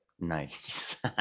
Nice